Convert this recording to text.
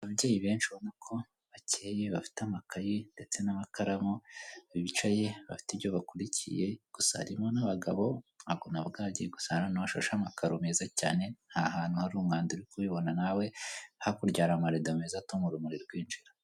Ababyeyi benshi ubona ko bakeye bafite amakaye ndetse n'amakaramu, bicaye bafite ibyo bakurikiye, gusa harimo n'abagabo n'ahantu hasa n'ahashashe amakaro meza cyane nta hantu hari umwanda nkuko ubibona nawe, hakurya hari amarido meza atuma urumuri rwinjira.